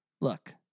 Look